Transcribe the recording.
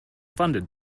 funded